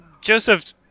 Joseph